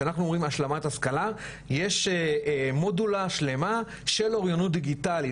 שאנחנו אומרים השלמת השכלה יש מודולה שלמה של אוריינות דיגיטלית.